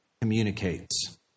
communicates